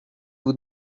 vous